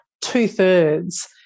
two-thirds